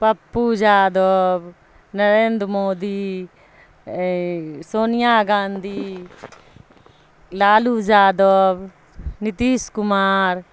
Pappu Yadav Narendra Modi Sonia Gandhi Lalu Yadav Nitish Kumar